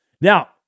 Now